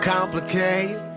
complicate